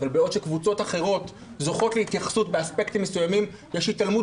אבל בעוד שקבוצות אחרות זוכות להתייחסות באספקטים מסוימים יש התעלמות